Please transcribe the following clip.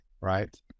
right